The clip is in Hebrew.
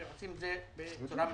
והם עושים את זה בצורה מצוינת.